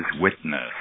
witness